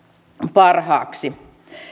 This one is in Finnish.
parhaaksi